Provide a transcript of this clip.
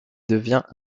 devient